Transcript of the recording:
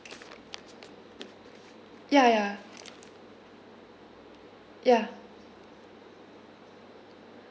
ya ya ya